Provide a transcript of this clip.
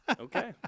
Okay